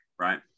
right